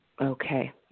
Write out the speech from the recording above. okay